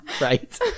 Right